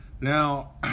Now